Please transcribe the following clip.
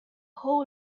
hall